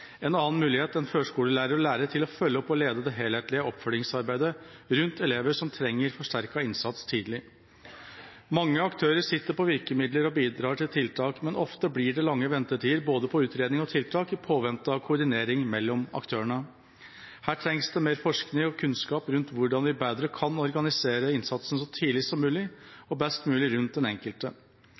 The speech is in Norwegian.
en annen mulighet enn førskolelærere og lærere til å følge opp og lede det helhetlige oppfølgingsarbeidet rundt elever som trenger forsterket innsats tidlig. Mange aktører sitter på virkemidler og bidrar til tiltak, men ofte blir det lange ventetider på både utredning og tiltak i påvente av koordinering mellom aktørene. Her trengs det mer forskning og kunnskap rundt hvordan vi bedre kan organisere innsatsen så tidlig som mulig, og best mulig rundt den enkelte.